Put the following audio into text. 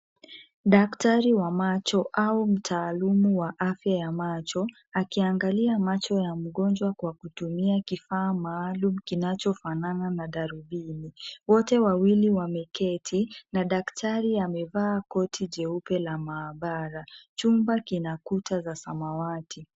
Daktari wa macho au mtaalamu wa afya ya macho akiangalia macho ya mgonjwa kwa kutumia kifaa maalum kinachofanana na darubini. Wote wawili wameketi na daktari amevaa koti jeupe la maabara. Chumba kina kuta za samawati.